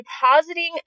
depositing